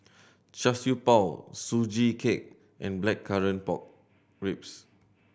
Char Siew Bao Sugee Cake and Blackcurrant Pork Ribs